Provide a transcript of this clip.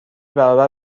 برابر